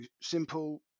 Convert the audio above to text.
simple